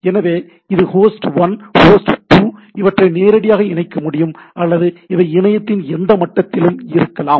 எனவே இது host 1 host 2 இவற்றை நேரடியாக இணைக்க முடியும் அல்லது இவை இணையத்தின் எந்த மட்டத்திலும் இருக்கலாம்